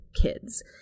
kids